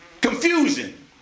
Confusion